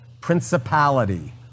Principality